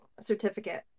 certificate